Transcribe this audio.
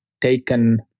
taken